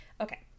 Okay